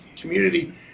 community